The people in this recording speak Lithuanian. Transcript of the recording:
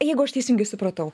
jeigu aš teisingai supratau